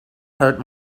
hurt